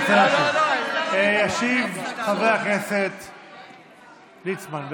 ישיב חבר הכנסת ליצמן.